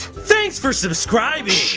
thanks for subscribing! shh!